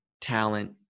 talent